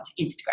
Instagram